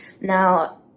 Now